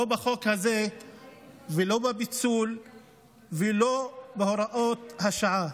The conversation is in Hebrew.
לא בחוק הזה ולא בפיצול ולא בהוראות השעה,